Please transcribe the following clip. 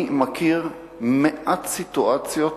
אני מכיר מעט סיטואציות